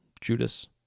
Judas